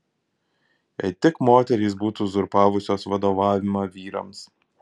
jei tik moterys būtų uzurpavusios vadovavimą vyrams